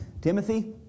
Timothy